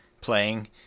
playing